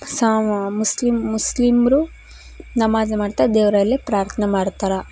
ಸಾಮ ಮುಸ್ಲಿಮ್ ಮುಸ್ಲಿಮ್ರು ನಮಾಜ್ ಮಾಡ್ತಾರೆ ದೇವರಲ್ಲಿ ಪ್ರಾರ್ಥನೆ ಮಾಡ್ತಾರೆ